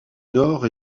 nord